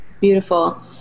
beautiful